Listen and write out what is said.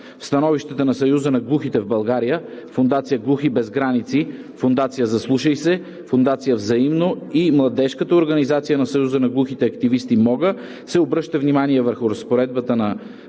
становищата на Съюза на глухите в България, Фондация „Глухи без граници“, Фондация „Заслушай се“, фондация „Взаимно“ и Младежката организация на съюза на глухите активисти – МОГА, се обръща внимание върху разпоредбата на §